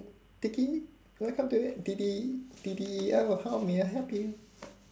welcome to uh D_D D_D_E_L how may I help you